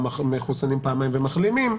או מחוסנים פעמיים ומחלימים,